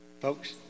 folks